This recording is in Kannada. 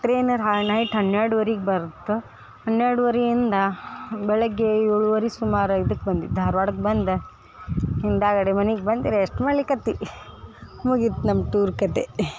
ಟ್ರೈನರ್ ಹ ನೈಟ್ ಹನ್ನೆರಡುವರಿಗೆ ಬರತ್ತೆ ಹನ್ನೆರಡುವರಿಯಿಂದ ಬೆಳಗ್ಗೆ ಏಳೂವರೆ ಸುಮಾರು ಇದಕ್ಕೆ ಬಂದ್ವಿ ಧಾರ್ವಾಡಕ್ಕೆ ಬಂದು ಹಿಂದಗಡೆ ಮನಿಗೆ ಬಂದು ರೆಸ್ಟ್ ಮಾಡಲಿಕ್ಕತ್ವಿ ಮುಗಿತು ನಮ್ಮ ಟೂರ್ ಕತೆ